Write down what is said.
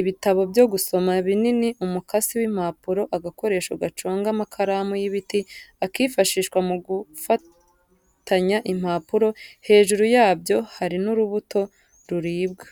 ibitabo byo gusoma binini, umukasi w'impapuro, agakoresho gaconga amakaramu y'ibiti, akifashishwa mu gufatanya impapuro, hejuru yabyo hari n'urubuto ruribwa.